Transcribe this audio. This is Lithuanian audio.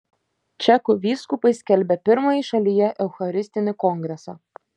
čekų vyskupai skelbia pirmąjį šalyje eucharistinį kongresą